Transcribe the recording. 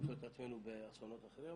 למצוא את עצמנו באסונות אחרים,